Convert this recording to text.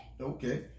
Okay